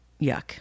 yuck